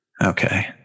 Okay